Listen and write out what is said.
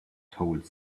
told